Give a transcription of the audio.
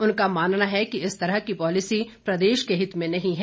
उनका मानना है कि इस तरह की पॉलिसी प्रदेश के हित में नहीं है